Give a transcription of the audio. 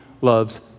loves